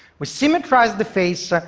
we symmetrize the face,